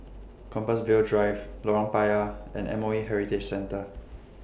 Compassvale Drive Lorong Payah and M O E Heritage Centre